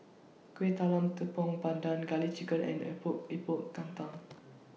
Kueh Talam Tepong Pandan Garlic Chicken and Epok Epok Kentang